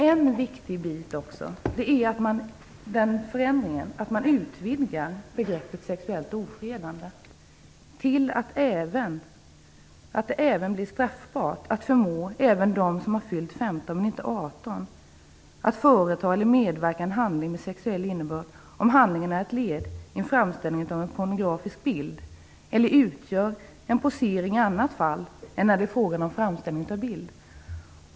En viktig förändring är också att man utvidgar begreppet sexuellt ofredande så att det blir straffbart att förmå även dem som fyllt 15 men inte 18 år att företa eller medverka i en handling med sexuell innebörd, om handlingen är ett led i en framställning av en pornografisk bild eller utgör en posering i annat fall än när det är fråga om framställning av bild.